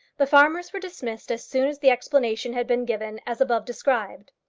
the farmers were dismissed as soon as the explanation had been given as above described.